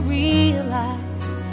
realize